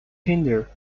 hinder